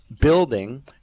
building